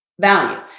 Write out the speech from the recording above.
value